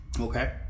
Okay